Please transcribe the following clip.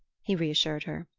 he reassured her.